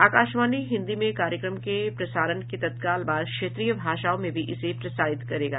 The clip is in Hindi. आकाशवाणी हिन्दी में कार्यक्रम के प्रसारण के तत्काल बाद क्षेत्रीय भाषाओं में भी इसे प्रसारित करेगा